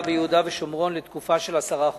ביהודה ושומרון לתקופה של עשרה חודשים.